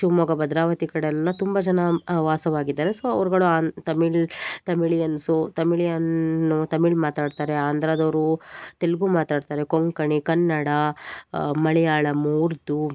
ಶಿವಮೊಗ್ಗ ಭದ್ರಾವತಿ ಕಡೆಯೆಲ್ಲ ತುಂಬ ಜನ ವಾಸವಾಗಿದ್ದಾರೆ ಸೊ ಅವ್ರುಗಳು ಆಂಧ್ರ ತಮಿಳ್ ತಮಿಳಿಯನ್ಸು ತಮಿಳಿಯನ್ನು ತಮಿಳ್ ಮಾತಾಡ್ತಾರೆ ಆಂಧ್ರದವ್ರು ತೆಲುಗು ಮಾತಾಡ್ತಾರೆ ಕೊಂಕಣಿ ಕನ್ನಡ ಮಲಯಾಳಂ ಉರ್ದು